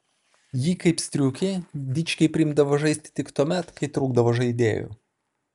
jį kaip striukį dičkiai priimdavo žaisti tik tuomet kai trūkdavo žaidėjų